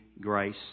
grace